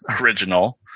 original